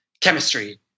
chemistry